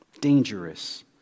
dangerous